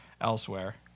elsewhere